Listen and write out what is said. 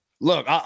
Look